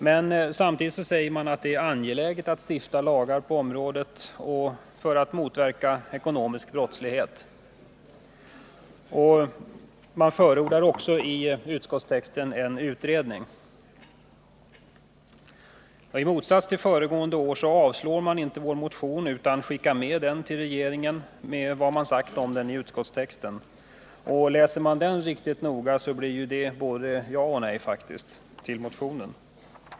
Men samtidigt säger utskottet att det är angeläget att stifta lagar på området för att motverka ekonomisk brottslighet. I utskottstexten förordas också en utredning. I motsats till föregående år avstyrker utskottet inte vår motion utan skickar 125 med den till regeringen med en hänvisning till vad man har sagt om den i utskottstexten. Läser man utskottstexten riktigt noga, finner man att den säger både ja och nej till motionen.